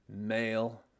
male